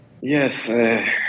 Yes